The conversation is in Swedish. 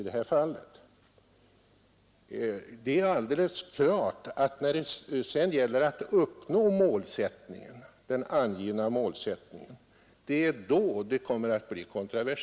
När det sedan gäller medlen att uppnå den angivna målsättningen kan naturligtvis meningarna komma att gå isär på många punkter.